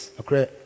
okay